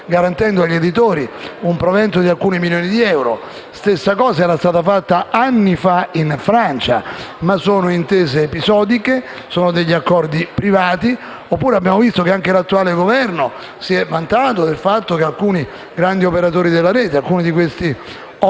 garantendo agli editori un provento di alcuni milioni di euro. La stessa cosa era stata fatta anni fa in Francia, ma sono intese episodiche, sono degli accordi privati. Oppure abbiamo visto che anche l'attuale Governo si è vantato del fatto che alcuni grandi operatori della Rete - alcuni di questi OTT